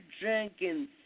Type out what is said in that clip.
Jenkins